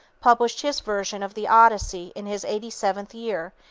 published his version of the odyssey in his eighty-seventh year,